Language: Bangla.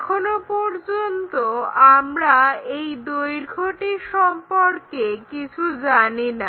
এখনো পর্যন্ত আমরা এই দৈর্ঘ্যটি সম্পর্কে কিছু জানি না